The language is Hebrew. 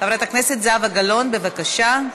חברת הכנסת זהבה גלאון, בבקשה.